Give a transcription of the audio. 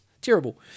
Terrible